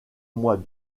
mois